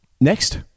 Next